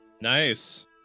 Nice